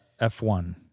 F1